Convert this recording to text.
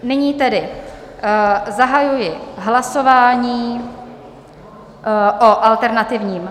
Nyní tedy zahajuji hlasování o alternativním